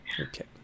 Okay